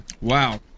Wow